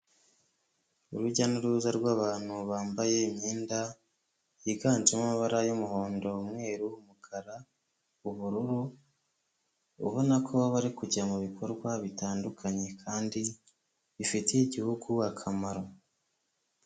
Urujya n'uruza rw'abantu bambaye imyenda yiganjemo amabara y'umuhondo, umweru, umukara, ubururu, ubona ko bari kujya mu bikorwa bitandukanye kandi bifitiye igihugu akamaro.